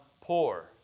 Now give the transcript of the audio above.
poor